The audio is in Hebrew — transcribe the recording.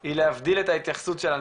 היא להבדיל את ההתייחסות שלנו,